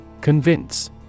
Convince